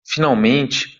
finalmente